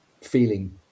feeling